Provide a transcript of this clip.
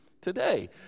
today